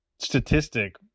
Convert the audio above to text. Statistic